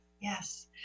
Yes